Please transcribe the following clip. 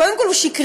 קודם כול הוא שקרי,